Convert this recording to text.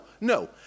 no